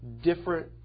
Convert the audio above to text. different